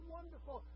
Wonderful